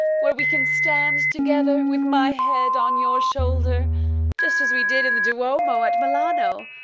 where we can stand together with my head on your shoulder just as we did in the duomo at milano,